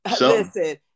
listen